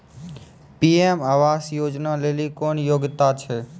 PM आवास योजना लेली की योग्यता छै?